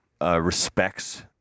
respects